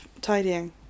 tidying